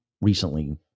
recently